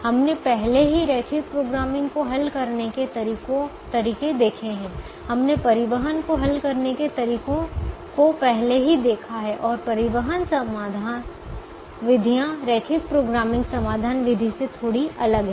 हमने पहले ही रैखिक प्रोग्रामिंग को हल करने के तरीके देखे हैं हमने परिवहन को हल करने के तरीकों को पहले ही देखा है और परिवहन समाधान विधियां रैखिक प्रोग्रामिंग समाधान विधि से थोड़ी अलग हैं